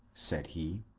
said he.